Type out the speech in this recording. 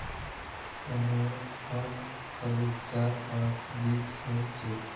सेमेर हर फलीत चार पांच बीज ह छेक